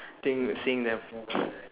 thing seeing them